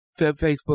Facebook